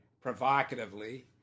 provocatively